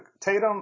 Tatum